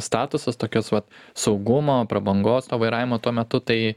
statusas tokios vat saugumo prabangos to vairavimo tuo metu tai